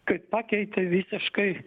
kad pakeitė visiškai